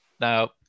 Now